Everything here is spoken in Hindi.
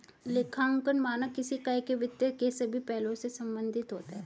लेखांकन मानक किसी इकाई के वित्त के सभी पहलुओं से संबंधित होता है